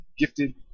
gifted